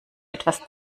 etwas